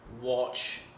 watch